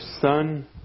Son